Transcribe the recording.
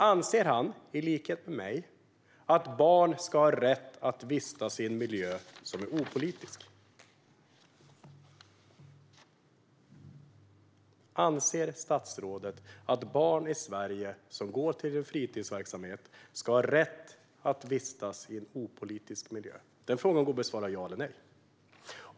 Anser han i likhet med mig att barn ska ha rätt att vistas i en miljö som är opolitisk? Anser statsrådet att barn i Sverige som går till en fritidsverksamhet ska ha rätt att vistas i en opolitisk miljö? Den frågan går att besvara med ja eller nej.